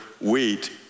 wheat